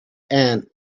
ann